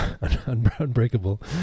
unbreakable